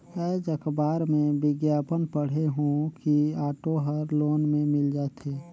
आएज अखबार में बिग्यापन पढ़े हों कि ऑटो हर लोन में मिल जाथे